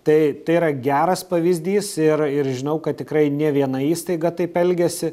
tai tai yra geras pavyzdys ir ir žinau kad tikrai ne viena įstaiga taip elgiasi